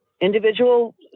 individual